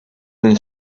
then